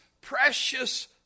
precious